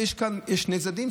יש כאן שני צדדים,